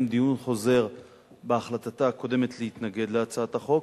דיון חוזר בהחלטתה הקודמת להתנגד להצעת החוק,